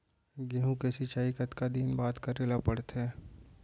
गेहूँ के सिंचाई कतका दिन बाद करे ला पड़थे?